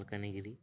Malkangiri